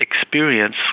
experience